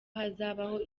hazabaho